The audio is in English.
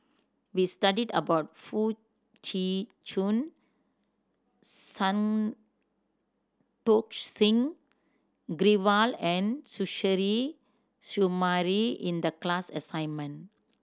we studied about Foo Tee Jun Santokh Singh Grewal and Suzairhe Sumari in the class assignment